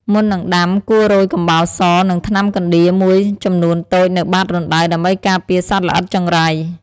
មុននឹងដាំ គួររោយកំបោរស និងថ្នាំកណ្ដៀរមួយចំនួនតូចនៅបាតរណ្តៅដើម្បីការពារសត្វល្អិតចង្រៃ។